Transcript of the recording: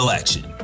action